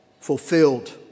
fulfilled